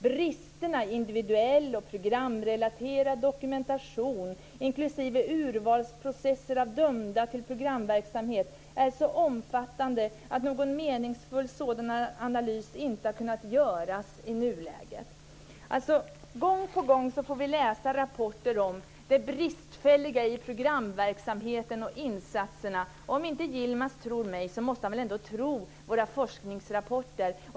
Bristerna i individuell och programrelaterad dokumentation, inklusive urvalsprocesser av dömda till programverksamhet, är så omfattande att någon meningsfull sådan analys inte har kunnat göras i nuläget. Gång på gång får vi läsa rapporter om det bristfälliga i programverksamheten och insatserna. Om inte Yilmaz tror mig måste han väl ändå tro våra forskningsrapporter.